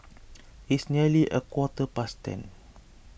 it's nearly a quarter past ten